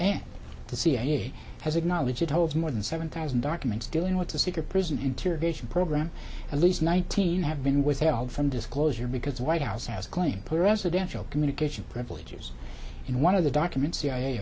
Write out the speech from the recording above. and the cia has acknowledged it holds more than seven thousand documents dealing with the secret prison intervention program at least nineteen have been withheld from disclosure because white house has claimed presidential communication privileges in one of the documents